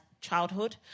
childhood